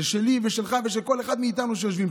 זה שלי ושלך ושל כל אחד מאיתנו שיושב פה.